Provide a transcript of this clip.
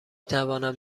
توانم